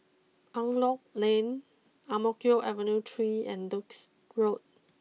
Angklong Lane Ang Mo Kio ever new three and Duke's Road